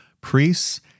priests